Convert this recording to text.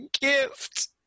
gift